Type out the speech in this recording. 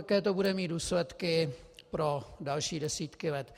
Jaké to bude mít důsledky pro další desítky let?